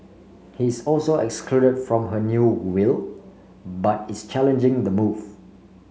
he is also excluded from her new will but is challenging the move